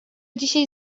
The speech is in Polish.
dzisiaj